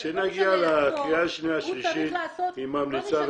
כשנגיע לקריאה השנייה והשלישית היא ממליצה,